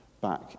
back